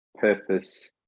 purpose